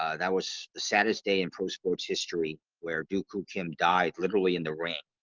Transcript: ah that was the saddest day in pro sports history where dooku kim died literally in the ring